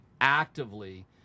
actively